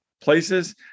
places